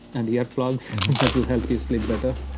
and ear plugs, that'll help you sleep better.